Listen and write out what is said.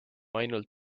ainult